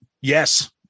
Yes